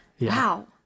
Wow